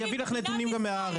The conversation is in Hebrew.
אני אביא לך נתונים גם מהארץ,